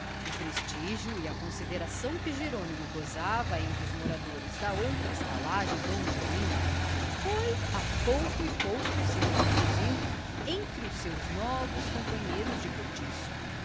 o prestigio e a consideração de que jerônimo gozava entre os moradores da outra estalagem donde vinha foi a pouco e pouco se reproduzindo entre os seus novos companheiros de cortiço